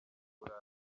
burayi